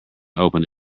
open